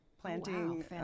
Planting